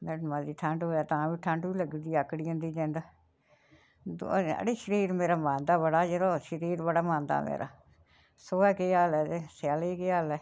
जे मती ठंड होऐ तां ठंड बी लगदी आकड़ी जन्दी जिंद दो अड़ी शरीर मेरा मांदा बड़ा यरो शरीर बड़ा मांदा मेरा सौहे केह् हाल ते स्यालें केह् हाल ऐ